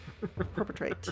perpetrate